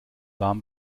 warm